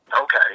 Okay